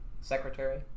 secretary